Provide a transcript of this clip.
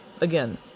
Again